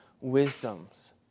wisdom's